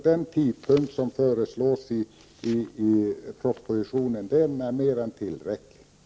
Den tidpunkt som föreslås i propositionen är mer än tillräcklig.